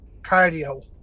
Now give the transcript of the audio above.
cardio